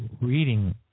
reading